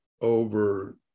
over